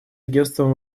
агентством